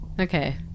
Okay